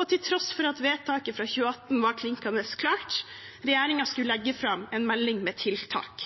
og til tross for at vedtaket fra 2018 var klinkende klart: Regjeringen skulle legge fram en melding med tiltak.